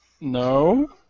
No